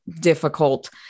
Difficult